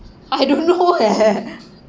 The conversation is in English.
I don't know eh